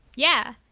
yeah.